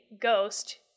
ghost